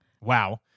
Wow